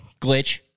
glitch